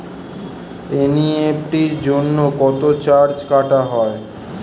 NEFT জন্য কত charge কাটা হয়?